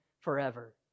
forever